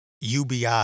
ubi